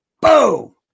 Boom